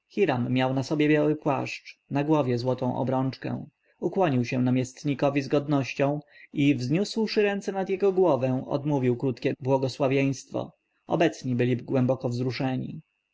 miał na sobie biały płaszcz na głowie złotą obrączkę ukłonił się namiestnikowi z godnością i wzniósłszy ręce nad jego głowę odmówił krótkie błogosławieństwo obecni byli głęboko wzruszeni